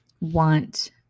want